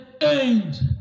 end